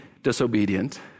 Disobedient